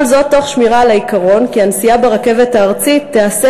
כל זאת תוך השמירה על העיקרון כי הנסיעה ברכבת הארצית תיעשה